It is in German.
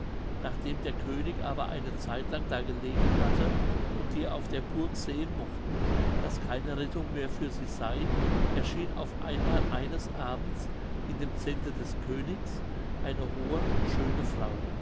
nachdem der könig aber eine zeitlang da gelegen hatte und die auf der burg sehen mochten daß keine rettung mehr für sie sey erschien auf einmal eines abends in dem zelte des königs eine hohe schöne frau